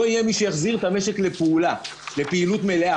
לא יהיה מי שיחזיר את המשק לפעילות מלאה.